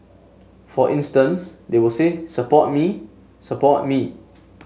for instance they will say support me support me